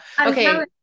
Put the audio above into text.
Okay